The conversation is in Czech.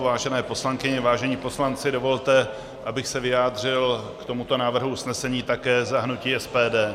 Vážené poslankyně, vážení poslanci, dovolte, abych se vyjádřil k tomuto návrhu usnesení také za hnutí SPD.